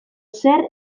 zer